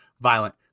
violent